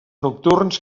nocturns